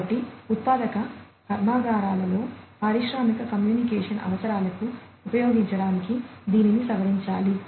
కాబట్టి ఉత్పాదక కర్మాగారాలలో పారిశ్రామిక కమ్యూనికేషన్ అవసరాలకు ఉపయోగించటానికి దీనిని సవరించాలి